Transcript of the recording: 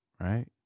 right